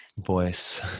voice